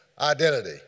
identity